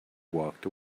walked